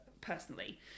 personally